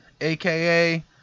AKA